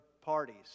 parties